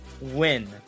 win